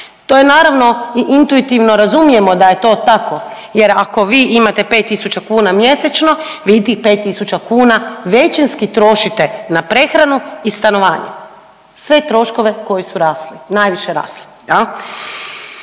To je naravno i intuitivno razumijemo da je to tako jer ako vi imate 5.000 kuna mjesečno vi tih 5.000 kuna većinski trošite na prehranu i stanovanje. Sve troškove koji su rasli, najviše rasli